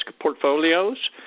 portfolios